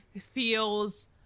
Feels